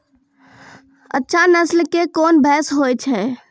अच्छा नस्ल के कोन भैंस होय छै?